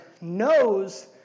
knows